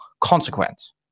consequence